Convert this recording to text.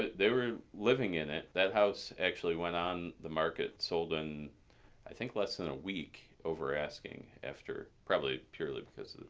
they were living in it. that house actually went on the market sold and i think less than a week, over asking after probably purely because of.